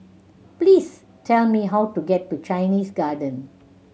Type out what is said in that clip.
please tell me how to get to Chinese Garden